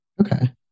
Okay